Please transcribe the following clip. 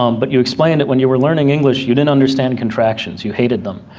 um but you explained that when you were learning english, you didn't understand contractions, you hated them.